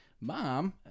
mom